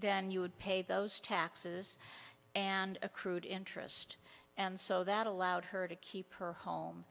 then you would pay those taxes and accrued interest and so that allowed her to keep her home